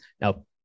Now